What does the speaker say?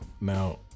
Now